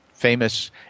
famous